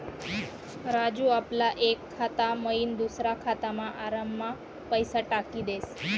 राजू आपला एक खाता मयीन दुसरा खातामा आराममा पैसा टाकी देस